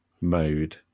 mode